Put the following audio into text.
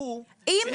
--- אבל